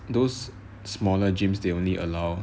those smaller gyms they only allow